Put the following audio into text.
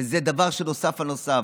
וזה דבר שנוסף על נוסף.